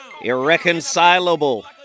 irreconcilable